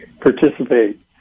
participate